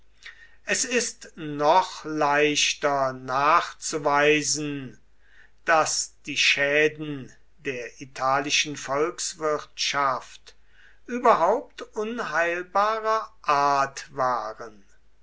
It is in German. es ist noch leichter nachzuweisen daß die schäden der italischen volkswirtschaft überhaupt unheilbarer art waren